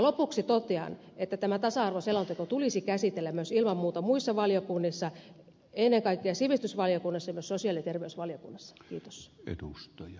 lopuksi totean että tämä tasa arvoselonteko tulisi käsitellä myös ilman muuta muissa valiokunnissa ennen kaikkea sivistysvaliokunnassa ja myös sosiaali ja terveysvaliokunnassa